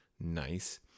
Nice